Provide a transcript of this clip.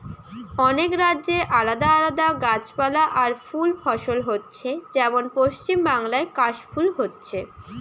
অনেক রাজ্যে আলাদা আলাদা গাছপালা আর ফুল ফসল হচ্ছে যেমন পশ্চিমবাংলায় কাশ ফুল হচ্ছে